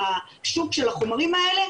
השוק של החומרים האלה,